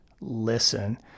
listen